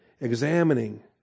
examining